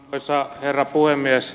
arvoisa herra puhemies